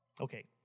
Okay